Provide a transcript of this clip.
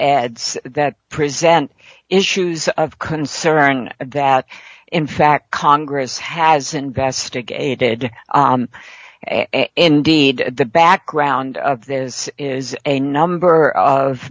ads that present issues of concern that in fact congress has investigated and indeed the background of this is a number of